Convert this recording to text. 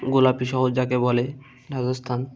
গোলাপি শহর যাকে বলে রাজস্থান